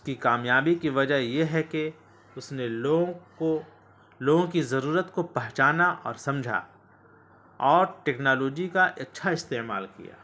اس کی کامیابی کی وجہ یہ ہے کہ اس نے لوگوں کو لوگوں کی ضرورت کو پہچانا اور سمجھا اور ٹیکنالوجی کا اچھا استعمال کیا